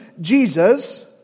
Jesus